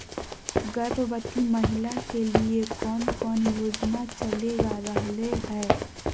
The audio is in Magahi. गर्भवती महिला के लिए कौन कौन योजना चलेगा रहले है?